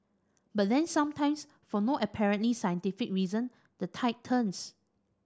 but then sometimes for no apparently scientific reason the tide turns